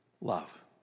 love